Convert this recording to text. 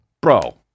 bro